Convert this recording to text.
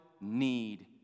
need